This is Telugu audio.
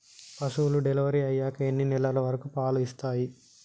పశువులు డెలివరీ అయ్యాక ఎన్ని నెలల వరకు పాలు ఇస్తాయి?